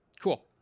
cool